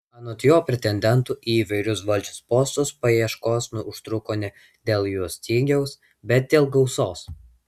anot jo pretendentų į įvairius valdžios postus paieškos užtruko ne dėl jų stygiaus bet dėl gausos